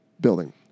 building